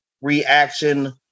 Reaction